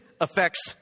affects